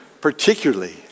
particularly